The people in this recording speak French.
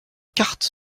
cartes